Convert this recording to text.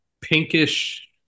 pinkish